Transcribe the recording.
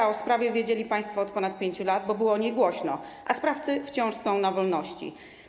O tej sprawie wiedzieli państwo od ponad 5 lat, bo było o niej głośno, a sprawcy wciąż są na wolności.